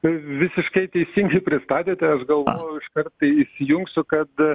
visiškai teisingai pristatėte aš galvojau iš kart kai įsijungs kad